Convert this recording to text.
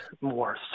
more